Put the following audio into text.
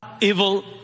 evil